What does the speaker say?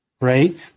right